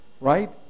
right